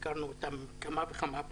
אדוני היושב-ראש, ביקרנו אותם כמה פעמים.